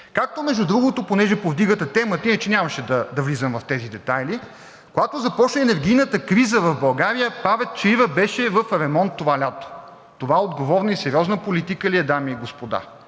Както, между другото, понеже повдигате темата, иначе нямаше да влизам в тези детайли, когато започна енергийната криза в България, ПАВЕЦ „Чаира“ беше в ремонт това лято. Това отговорна и сериозна политика ли е, дами и господа?